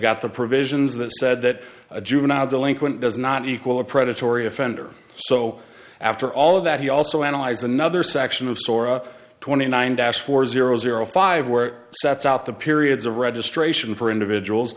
got the provisions that said that a juvenile delinquent does not equal a predatory offender so after all of that he also analyze another section of sora twenty nine dash four zero zero five where sets out the periods of registration for individuals